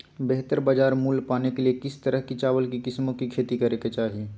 बेहतर बाजार मूल्य पाने के लिए किस तरह की चावल की किस्मों की खेती करे के चाहि?